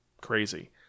Crazy